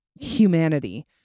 humanity